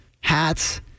hats